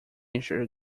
ensure